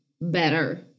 better